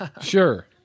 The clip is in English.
Sure